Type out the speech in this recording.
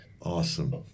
Awesome